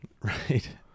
right